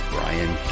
Brian